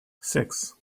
six